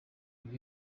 ubu